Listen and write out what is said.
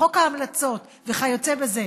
חוק ההמלצות וכיוצא בזה,